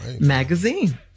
Magazine